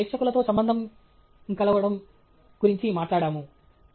మనము ప్రేక్షకులతో సంబంధం కాలవడం గురించి మాట్లాడాము